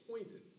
appointed